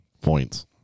Points